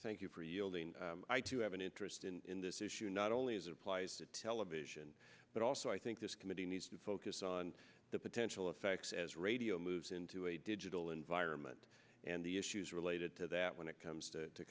thank you for yelling i too have an interest in this issue not only as it applies to television but also i think this committee needs to focus on the potential effects as radio moves into a digital environment and the issues related to that when it comes to